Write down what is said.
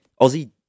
Aussie